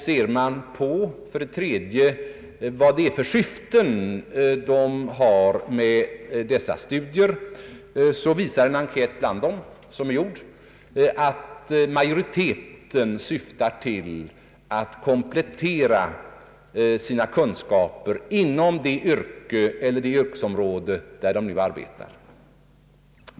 Ser man för det tredje på vilket syfte de har med dessa studier, så visar en verkställd enkät att majoriteten syftar till att komplettera sina kunskaper inom det yrke eller det yrkesområde där de nu arbetar.